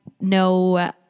no